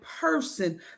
person